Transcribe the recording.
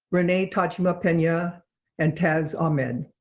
renee tajima-pena and taz ahmed.